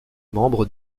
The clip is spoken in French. membre